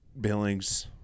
Billings